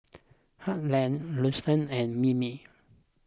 Harland Luster and Mimi